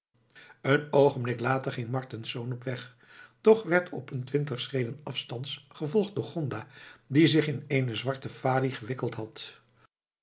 een oogenblik later ging martensz op weg doch werd op een twintig schreden afstands gevolgd door gonda die zich in eene zwarte falie gewikkeld had